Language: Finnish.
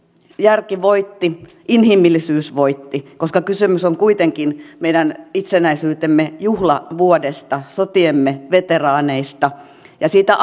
järki voitti inhimillisyys voitti koska kysymys on kuitenkin meidän itsenäisyytemme juhlavuodesta sotiemme veteraaneista ja siitä